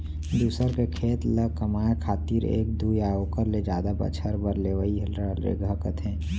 दूसर के खेत ल कमाए खातिर एक दू या ओकर ले जादा बछर बर लेवइ ल रेगहा कथें